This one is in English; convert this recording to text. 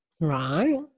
Right